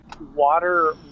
water